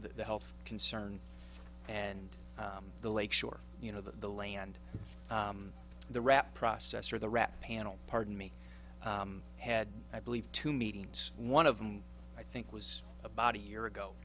the health concern and the lake shore you know that the land the rap process or the rap panel pardon me had i believe two meetings one of them i think was about a year